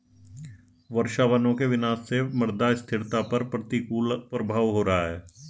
वर्षावनों के विनाश से मृदा स्थिरता पर प्रतिकूल प्रभाव हो रहा है